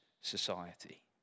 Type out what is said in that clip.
society